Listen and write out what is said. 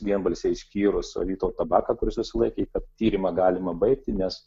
vienbalsiai išskyrus vytautą baką kuris susilaikė tad tyrimą galima baigti nes